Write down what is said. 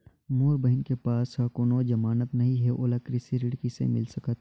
मोर बहिन के पास ह कोनो जमानत नहीं हे, ओला कृषि ऋण किसे मिल सकत हे?